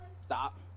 stop